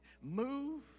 Move